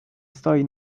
stoi